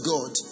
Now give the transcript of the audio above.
God